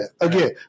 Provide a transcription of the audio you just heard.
Again